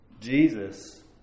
Jesus